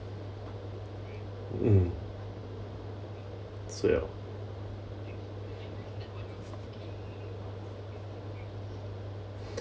mm sure